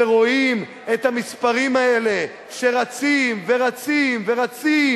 רואים את המספרים האלה שרצים ורצים ורצים